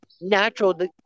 natural